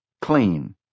clean